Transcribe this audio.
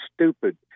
stupid